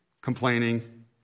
complaining